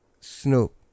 Snoop